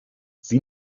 sie